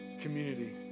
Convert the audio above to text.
community